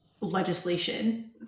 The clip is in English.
legislation